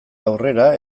aurrera